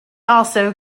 also